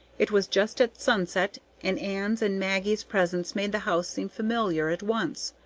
it was just at sunset, and ann's and maggie's presence made the house seem familiar at once.